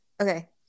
Okay